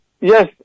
yes